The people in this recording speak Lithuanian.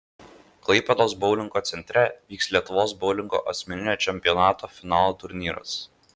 klaipėdos boulingo centre vyks lietuvos boulingo asmeninio čempionato finalo turnyras